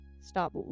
stop